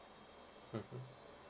mmhmm